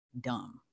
dumb